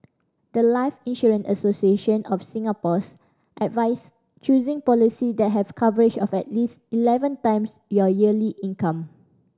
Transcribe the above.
the life Insurance Association of Singapore's advise choosing policy that have coverage of at least eleven times your yearly income